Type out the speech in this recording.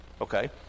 Okay